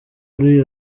ari